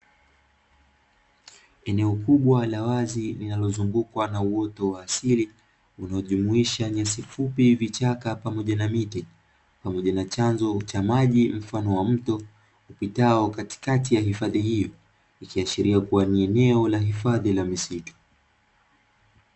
Eneo kubwa la wazi linalozungukwa na uoto wa asili linalo jumuisha nyasi fupi, vichaka pamoja na miti, pamoja na chanzo cha maji mfano wa mto upitao katikati ya hifadhi hii ikiashiria kuwa ni eneo la hifadhi la misitu.